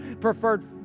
preferred